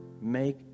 Make